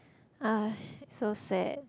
!ah! so sad